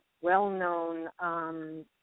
well-known